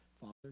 Father